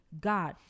God